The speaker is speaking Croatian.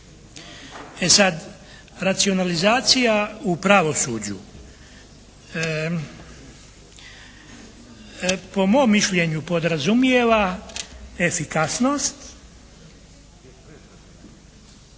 E sad, racionalizacija u pravosuđu po mom mišljenju podrazumijeva efikasnost